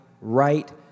right